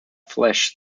flesh